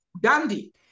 dandy